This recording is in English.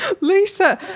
Lisa